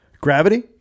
Gravity